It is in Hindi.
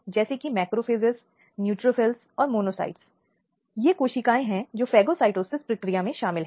अब क्या होता है महिलाओं का अनुभव बच्चों का अनुभव विशेष रूप से आपराधिक न्याय प्रक्रिया के साथ बुरा रहा है